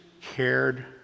cared